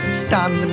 stand